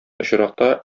очракта